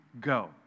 go